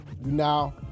Now